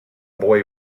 boy